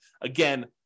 Again